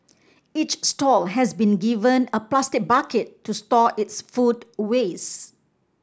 each stall has been given a plastic bucket to store its food waste